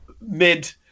mid